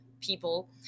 people